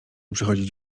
przychodzić